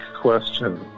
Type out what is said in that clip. question